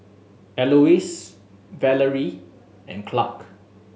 Elois Valery and Clark